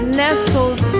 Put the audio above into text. nestles